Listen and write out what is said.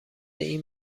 این